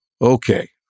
Okay